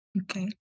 Okay